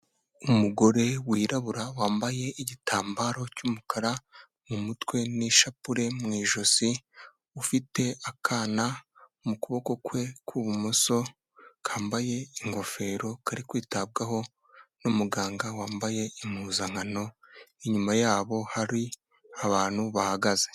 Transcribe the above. Umugore wirabura wambaye igitambaro cy'umukara mu mutwe n'ishapure mu ijosi, ufite akana mu kuboko kwe kw'ibumoso kambaye ingofero kari kwitabwaho n'umuganga wambaye impuzankano, inyuma yabo hari abantu bahagaze.